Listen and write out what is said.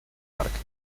parque